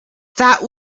that